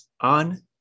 on